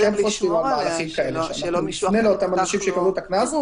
אנחנו כן חושבים על מהלכים כאלה שנפנה לאותם אנשים שקיבלו את הקנס,